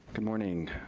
good morning.